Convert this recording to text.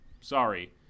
Sorry